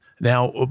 Now